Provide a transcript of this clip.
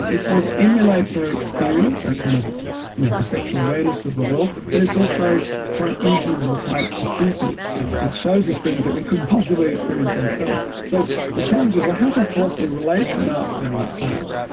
it sort of emulates our experience, our kind of you know perceptual awareness of the world, but it's also quite inhuman and quite distinctive, it it shows us things that we couldn't possibly experience ourselves. so the challenge is well how does philosophy relate to an art form like that,